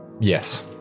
Yes